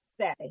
say